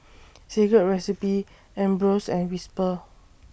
Secret Recipe Ambros and Whisper